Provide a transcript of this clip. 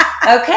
Okay